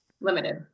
Limited